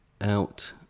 out